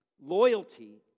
Loyalty